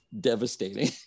devastating